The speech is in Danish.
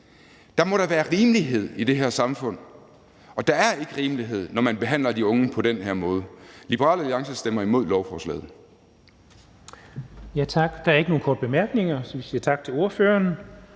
Der må da være rimelighed i det her samfund, og der er ikke rimelighed, når man behandler de unge på den her måde. Liberal Alliance stemmer imod lovforslaget.